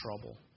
trouble